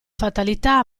fatalità